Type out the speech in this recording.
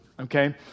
okay